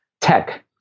tech